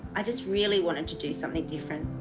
i just really wanted to do something different.